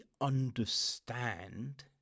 understand